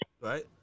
right